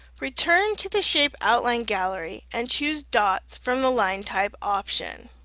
return to the shape outline gallery and choose dots from the line type option.